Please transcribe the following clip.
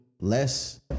less